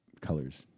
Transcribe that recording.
Colors